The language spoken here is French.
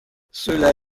cela